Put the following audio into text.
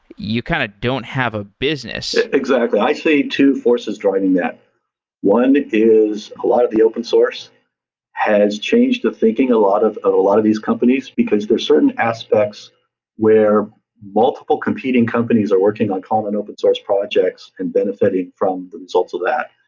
you kind of don't have a business exactly. i see two forces driving that one is a lot of the open source has changed the thinking of a lot of these companies, because there's certain aspects where multiple competing companies are working on common open source projects and benefiting from the results of that.